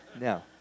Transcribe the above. No